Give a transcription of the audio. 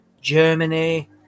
Germany